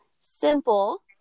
simple